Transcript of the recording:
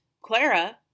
Clara